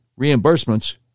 reimbursements